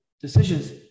decisions